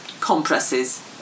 compresses